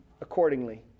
accordingly